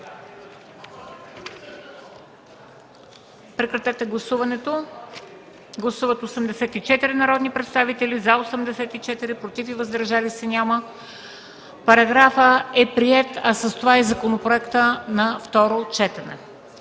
СТОЯНОВА: Гласуваме § 14. Гласували 84 народни представители: за 84, против и въздържали се няма. Параграфът е приет, а с това и законопроектът на второ четене.